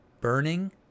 burning